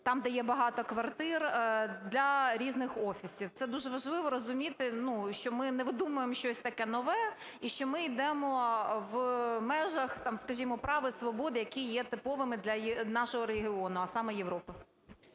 там, де є багато квартир для різних офісів. Це дуже важливо розуміти, ну, що ми не видумуємо щось таке нове, і, що ми йдемо в межах там, скажімо, прав і свобод, які є типовими для нашого регіону, а саме Європа.